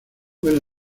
fue